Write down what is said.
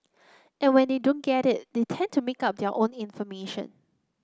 and when they don't get it they tend to make up their own information